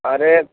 अरे